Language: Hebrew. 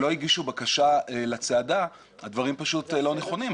שלא הגישו בקשה לצעדה הדברים פשוט לא נכונים.